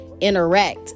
interact